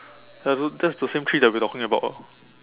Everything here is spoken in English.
I don't that's the same three that we're talking about ah